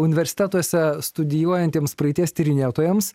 universitetuose studijuojantiems praeities tyrinėtojams